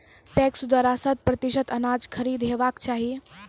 PACS द्वारा शत प्रतिसत अनाज खरीद हेवाक चाही?